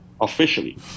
officially